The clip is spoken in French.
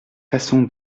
façon